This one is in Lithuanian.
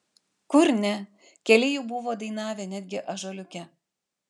kur ne keli jų buvo dainavę netgi ąžuoliuke